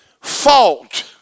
fault